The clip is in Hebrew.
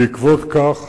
בעקבות כך